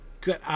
Good